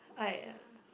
!aiya!